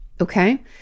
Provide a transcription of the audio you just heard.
Okay